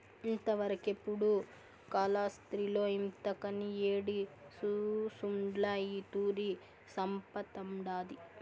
ఇంతవరకెపుడూ కాలాస్త్రిలో ఇంతకని యేడి సూసుండ్ల ఈ తూరి సంపతండాది